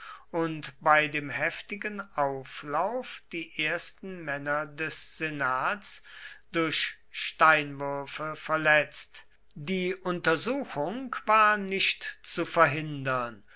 und bei dem heftigen auflauf die ersten männer des senats durch steinwürfe verletzt die untersuchung war nicht zu verhindern